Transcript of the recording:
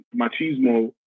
machismo